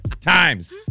times